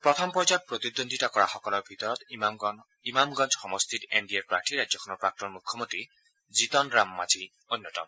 প্ৰথম পৰ্যায়ত প্ৰতিদ্বন্দ্বিতা কৰাসকলৰ ভিতৰত ইমামগঞ্জ সমষ্টিত এন ডি এৰ প্ৰাৰ্থী ৰাজ্যখনৰ প্ৰাক্তন মুখ্যমন্ত্ৰী জিতন ৰাম মাঝি অন্যতম